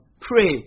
pray